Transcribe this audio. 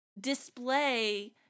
display